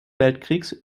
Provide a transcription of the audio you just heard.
weltkrieges